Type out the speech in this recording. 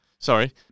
Sorry